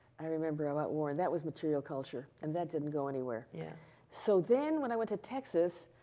i remember about warren. that was material culture. and that didn't go anywhere. yeah so, then when i went to texas,